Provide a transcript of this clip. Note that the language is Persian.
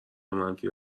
منفی